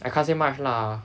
I can't say much lah